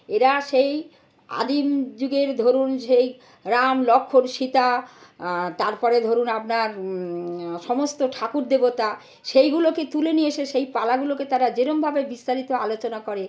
এরা সেই আদিম যুগের ধরুন সেই রাম লক্ষ্মণ সীতা তার পরে ধরুন আপনার সমস্ত ঠাকুর দেবতা সেইগুলোকে তুলে নিয়ে এসে সেই পালাগুলোকে তারা যেরকমভাবে বিস্তারিত আলোচনা করে